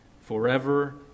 forever